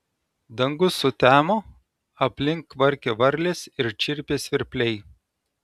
dangus sutemo aplink kvarkė varlės ir čirpė svirpliai